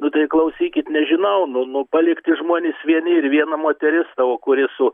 nu tai klausykit nežinau nu nu palikti žmones vieni ir viena moteris tavo kuri su